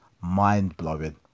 mind-blowing